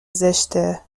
زشته